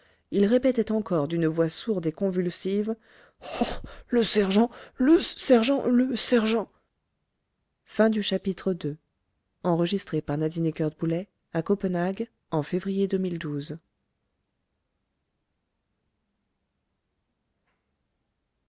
il répétait encore d'une voix sourde et convulsive oh le sergent le sergent le sergent iii